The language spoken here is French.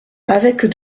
avec